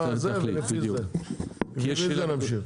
ולפי זה נמשיך.